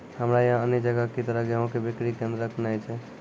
हमरा यहाँ अन्य जगह की तरह गेहूँ के बिक्री केन्द्रऽक नैय छैय?